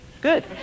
Good